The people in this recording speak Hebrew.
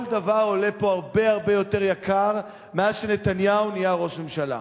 כל דבר עולה פה הרבה-הרבה יותר מאז שנתניהו נהיה ראש ממשלה,